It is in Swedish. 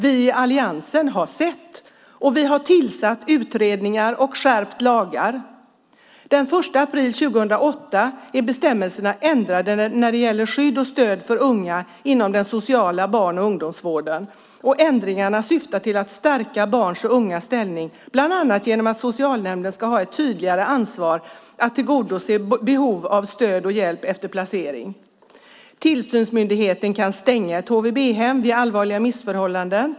Vi i Alliansen har sett, och vi har tillsatt utredningar och skärpt lagar. Den 1 april 2008 ändrades bestämmelserna när det gäller skydd och stöd för unga inom den sociala barn och ungdomsvården. Ändringarna syftar till att stärka barns och ungas ställning bland annat genom att socialnämnden ska ha tydligare ansvar för att tillgodose behov av stöd och hjälp efter placering. Tillsynsmyndigheten kan stänga ett HVB-hem vid allvarliga missförhållanden.